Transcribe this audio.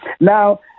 Now